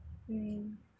you mean